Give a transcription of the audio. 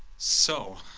so,